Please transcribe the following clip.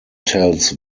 tells